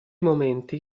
momenti